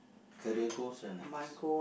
career goals and as~